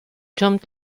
türmt